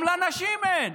גם לנשים אין,